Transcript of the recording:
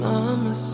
Mama